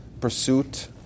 pursuit